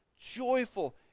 joyful